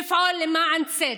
נפעל למען צדק,